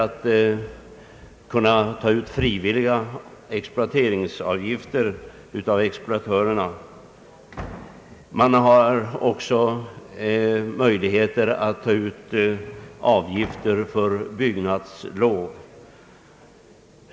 Det kan vara frivilliga exploateringsavgifter av exploatörerna och avgifter för byggnadslov.